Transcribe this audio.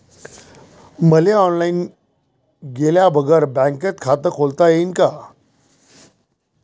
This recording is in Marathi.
मले ऑनलाईन गेल्या बगर बँकेत खात खोलता येईन का?